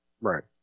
Right